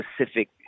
specific